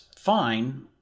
fine